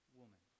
woman